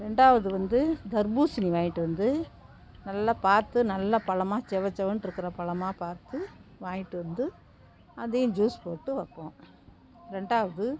ரெண்டாவது வந்து தர்பூசணி வாங்கிட்டு வந்து நல்லா பார்த்து நல்ல பழமா செவ செவன்னு இருக்கிற பழமா பார்த்து வாங்கிட்டு வந்து அதையும் ஜூஸ் போட்டு வைப்போம் ரெண்டாவது